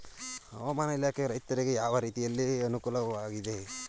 ಹವಾಮಾನ ಇಲಾಖೆಯು ರೈತರಿಗೆ ಯಾವ ರೀತಿಯಲ್ಲಿ ಅನುಕೂಲಕರವಾಗಿದೆ?